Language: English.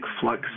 flux